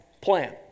Plan